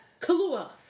Kahlua